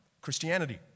Christianity